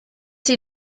sie